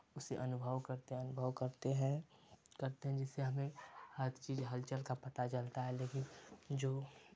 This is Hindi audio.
उसे अनुभव करते हैं अनुभव करते हैं करते हैं जिसे हमें हर चीज़ हलचल का पता चलता है लेकिन जो